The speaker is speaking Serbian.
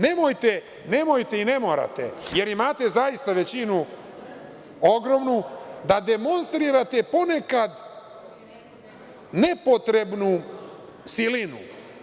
Nemojte i ne morate, jer imate zaista većinu ogromnu da demonstrirate ponekad nepotrebnu silinu.